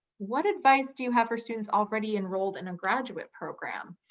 what advice do you have for students already enrolled in a graduate program?